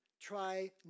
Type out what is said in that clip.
try